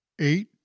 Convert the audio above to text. eight